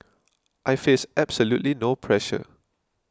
I face absolutely no pressure